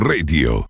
Radio